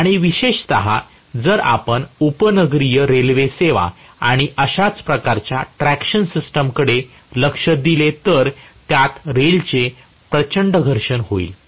आणि विशेषत जर आपण उपनगरीय रेल्वे सेवा आणि अशाच प्रकारच्या ट्रॅक्शन सिस्टिम कडे लक्ष दिले तर त्यात रेलचे प्रचंड घर्षण होईल